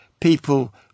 people